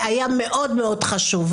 והיה מאוד מאוד חשוב.